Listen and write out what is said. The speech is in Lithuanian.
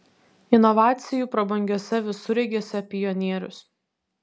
inovacijų prabangiuose visureigiuose pionierius